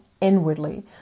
inwardly